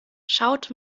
schaut